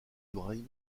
ibrahim